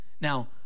Now